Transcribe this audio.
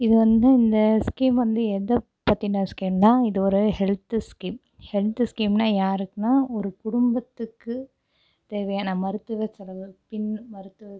இது வந்து இந்த ஸ்கீம் வந்து எதை பற்றின ஸ்கீம்னா இது ஒரு ஹெல்த்து ஸ்கீம் ஹெல்த்து ஸ்கீம்னா யாருக்குன்னா ஒரு குடும்பத்துக்கு தேவையான மருத்துவ செலவுகள் பின் மருத்துவ